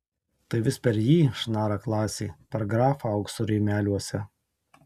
tai vis per jį šnara klasė per grafą aukso rėmeliuose